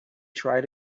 tried